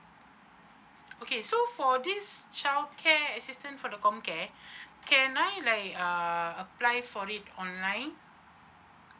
okay so for this childcare assistance for the com care can I like uh apply for it online